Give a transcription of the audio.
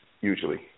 usually